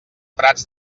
prats